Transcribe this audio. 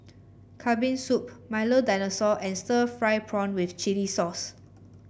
Kambing Soup Milo Dinosaur and Stir Fried Prawn with Chili Sauce